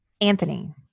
Anthony